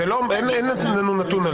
אין לנו נתון על זה.